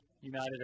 United